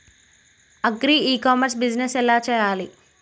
Agri e commerce business ఎలా చెయ్యాలి?